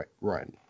run